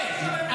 אני רוצה.